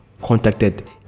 contacted